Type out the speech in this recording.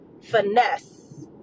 finesse